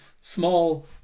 small